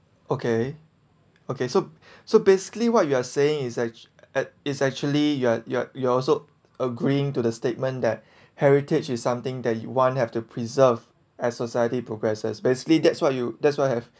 okay okay so so basically what you are saying is at is actually y~ y~ you also agreeing to the statement that heritage is something that you want have to preserve as society progresses basically that's what you that's what I have